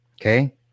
Okay